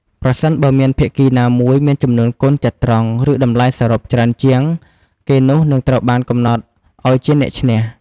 ប្រសិនបើមានភាគីណាមួយមានចំនួនកូនចត្រង្គ ឬតម្លៃសរុបច្រើនជាង គេនោះនឹងត្រូវបានកំណត់ឲ្យជា អ្នកឈ្នះ។